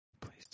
please